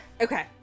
Okay